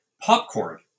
Popcorn